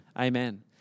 Amen